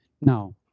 Now